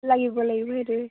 লাগিব লাগিব সেইটোৱে